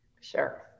Sure